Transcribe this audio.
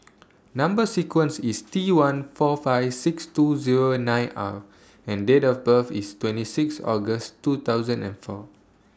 Number sequence IS T one four five six two Zero nine R and Date of birth IS twenty six August two thousand and four